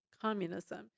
communism